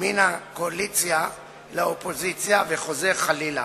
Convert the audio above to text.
מן הקואליציה לאופוזיציה וחוזר חלילה.